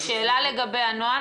שאלה לגבי הנוהל,